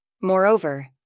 moreover